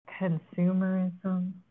consumerism